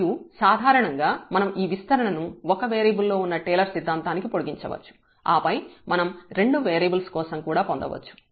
మరియు సాధారణంగా మనం ఆ విస్తరణను ఒక వేరియబుల్ లో ఉన్న టేలర్ సిద్ధాంతానికి పొడిగించవచ్చు ఆపై మనం రెండు వేరియబుల్స్ కోసం కూడా పొందవచ్చు